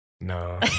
No